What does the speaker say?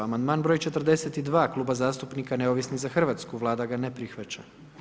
Amandman broj 42 Kluba zastupnika Neovisni za Hrvatsku, Vlada ga ne prihvaća.